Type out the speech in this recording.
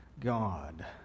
God